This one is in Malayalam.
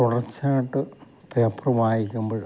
തുടർച്ചയായിട്ട് പേപ്പർ വായിക്കുമ്പോൾ